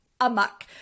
amok